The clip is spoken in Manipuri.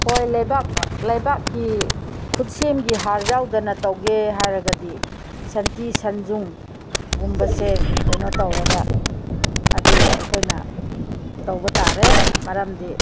ꯍꯣꯏ ꯂꯩꯕꯥꯛ ꯂꯩꯕꯥꯛꯀꯤ ꯈꯨꯠꯁꯦꯝꯒꯤ ꯍꯥꯔ ꯌꯥꯎꯗꯅ ꯇꯧꯒꯦ ꯍꯥꯏꯔꯒꯗꯤ ꯁꯟꯊꯤ ꯁꯟꯌꯨꯡ ꯒꯨꯝꯕꯁꯦ ꯀꯩꯅꯣ ꯇꯧꯔꯒ ꯑꯗꯨ ꯑꯩꯈꯣꯏꯅ ꯇꯧꯕ ꯇꯥꯔꯦ ꯂꯩꯕꯥꯛ ꯃꯔꯝꯗꯤ